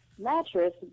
mattress